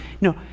no